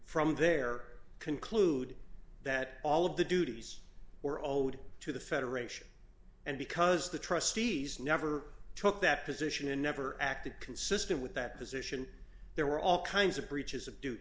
from there conclude that all of the duties or all would to the federation and because the trustees never took that position in never acted consistent with that position there were all kinds of breaches of du